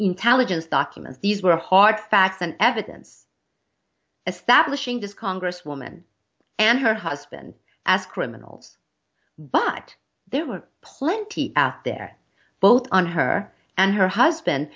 intelligence documents these were hard facts and evidence establishing this congresswoman and her husband as criminals but there were plenty out there both on her and her husband